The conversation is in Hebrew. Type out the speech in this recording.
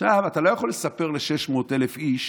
אתה לא יכול לספר ל-600,000 איש